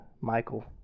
Michael